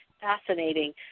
fascinating